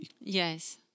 Yes